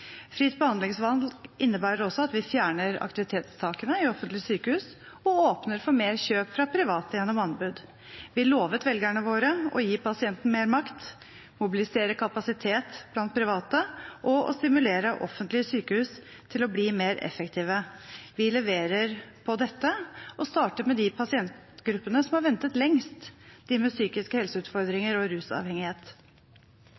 Fritt behandlingsvalg innebærer også at vi fjerner aktivitetstakene i offentlige sykehus og åpner for mer kjøp fra private gjennom anbud. Vi lovet velgerne våre å gi pasienten mer makt, mobilisere kapasitet blant private og stimulere offentlige sykehus til å bli mer effektive. Vi leverer og starter med de pasientgruppene som har ventet lengst – de med psykiske